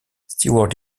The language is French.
stewart